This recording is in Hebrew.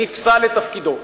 נפסל לתפקידו.